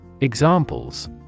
Examples